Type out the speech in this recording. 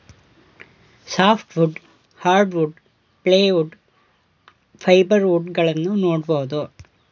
soft wood, hardwood, plywood, fibre wood ಗಳನ್ನೂ ನೋಡ್ಬೋದು